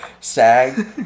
SAG